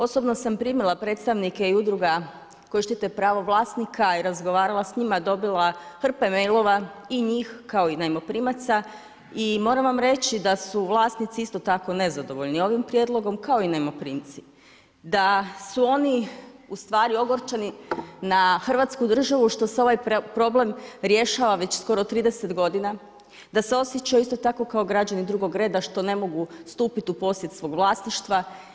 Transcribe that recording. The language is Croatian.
Osobno sam primila predstavnike i udruga koje štite pravo vlasnika i razgovarala s njima, dobila hrpe mailova i njih kao i najmoprimaca i moram vam reći da su vlasnici isto tako nezadovoljni ovim prijedlogom kao i najmoprimci, da su oni ustvari ogorčeni na Hrvatsku državu što se ovaj problem rješava već skoro 30 godina, da se osjećaju isto tako kao građani drugog reda što ne mogu stupiti u posjed svog vlasništva.